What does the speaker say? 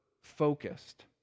focused